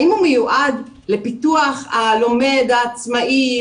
האם הוא מיועד לפיתוח הלומד העצמאי,